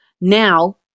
Now